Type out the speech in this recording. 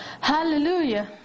Hallelujah